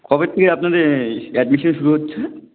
কবের থেকে আপনাদের এই অ্যাডমিশান শুরু হচ্ছে